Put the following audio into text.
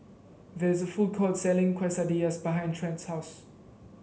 there is a food court selling Quesadillas behind Trent's house